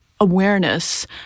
awareness